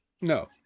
No